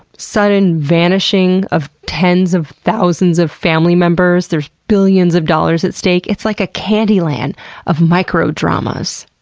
sudden vanishing of tens of thousands of family members, there's billions of dollars at stake. it's like a candyland of microdramas.